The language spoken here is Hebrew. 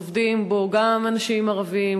עובדים בו גם אנשים ערבים,